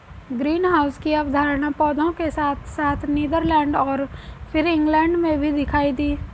greenhouse की अवधारणा पौधों के साथ साथ नीदरलैंड और फिर इंग्लैंड में भी दिखाई दी